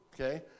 okay